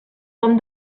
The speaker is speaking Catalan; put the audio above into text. tom